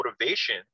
motivation